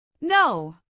No